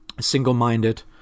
single-minded